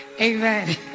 Amen